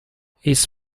his